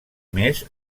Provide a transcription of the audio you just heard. més